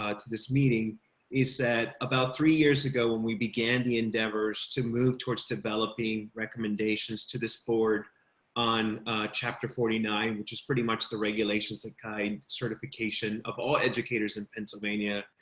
ah to this meeting is that about three years ago when we began the endeavors to move towards developing recommendations to this board on chapter forty nine which is pretty much the regulations that guide certification of all educators in pennsylvania,